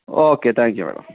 okay thank you madam